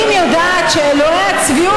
אפשר לרצוח אותה.